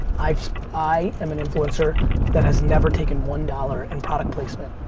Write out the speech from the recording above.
i i am an influencer that has never taken one dollars in product placement